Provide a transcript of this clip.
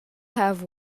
have